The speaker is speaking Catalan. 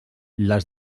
les